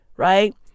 Right